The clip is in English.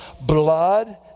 blood